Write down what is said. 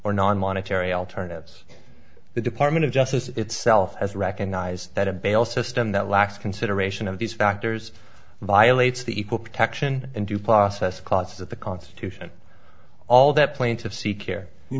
or non monetary alternatives the department of justice itself has to recognize that a bail system that lacks consideration of these factors violates the equal protection and due process clause of the constitution all that plaintiff seek care